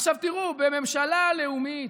עכשיו, תראו, בממשלה לאומית